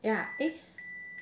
ya eh